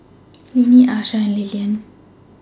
Linnie Achsah and Lilyan